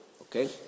Okay